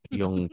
yung